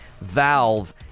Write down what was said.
Valve